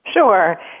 Sure